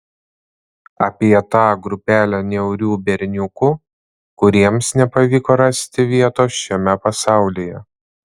apie tą grupelę niaurių berniukų kuriems nepavyko rasti vietos šiame pasaulyje